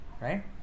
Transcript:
Right